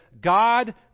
god